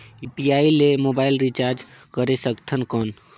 UPI ले mobile recharge करे सकथन कौन?